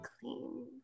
clean